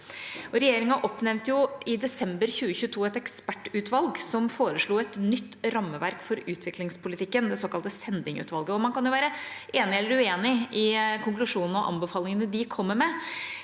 Regjeringa oppnevnte i desember 2022 et ekspertutvalg som foreslo et nytt rammeverk for utviklingspolitikken, det såkalte Sending-utvalget. Man kan være enig eller uenig i konklusjonene og anbefalingene de kommer med,